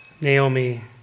Naomi